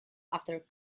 after